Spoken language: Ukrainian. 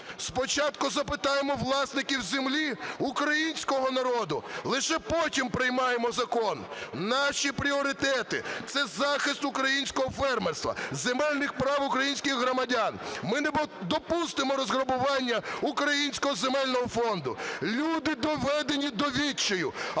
спочатку запитаємо власників землі, в українського народу – лише потім приймаємо закон. Наші пріоритети – це захист українського фермерства, земельних прав українських громадян. Ми не допустимо розграбування українського земельного фонду. Люди доведені до відчаю.